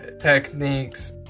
techniques